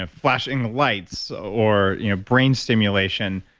ah flashing lights or you know brain stimulation,